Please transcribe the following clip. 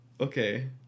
Okay